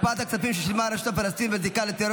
הקפאת כספים ששילמה הרשות הפלסטינית בזיקה לטרור